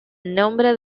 nombre